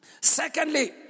Secondly